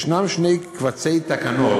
יש שני קובצי תקנות